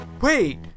wait